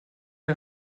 les